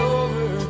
over